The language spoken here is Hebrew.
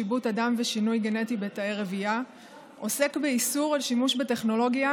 שיבוט אדם ושינוי גנטי בתאי רבייה עוסק באיסור על שימוש בטכנולוגיה